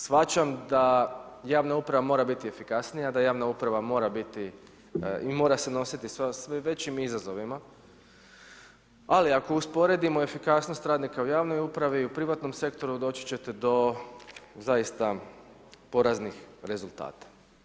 Shvaćam da javna uprava mora biti efikasnija, da javna uprava mora biti i mora se nositi sa sve većim izazovima ali ako usporedimo efikasnost radnika u javnoj upravi i u privatnom sektoru, doći ćete do zaista poraznih rezultata.